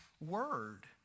word